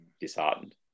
disheartened